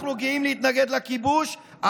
אנחנו גאים להתנגד לכיבוש.